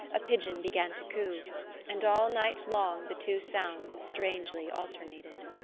a pigeon began to coo and all night long the two sounds strangely alternated.